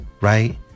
right